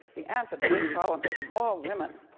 the answer to this problem is more women.